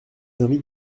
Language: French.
invite